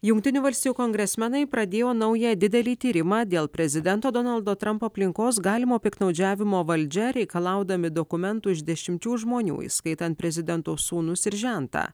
jungtinių valstijų kongresmenai pradėjo naują didelį tyrimą dėl prezidento donaldo trampo aplinkos galimo piktnaudžiavimo valdžia reikalaudami dokumentų iš dešimčių žmonių įskaitant prezidento sūnus ir žentą